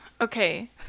Okay